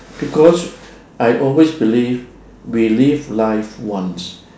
because I always believe we live life once